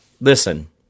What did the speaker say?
listen